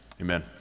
amen